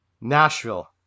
Nashville